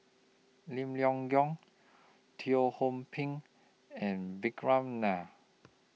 Lim Leong Geok Teo Ho Pin and Vikram Nair